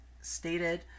stated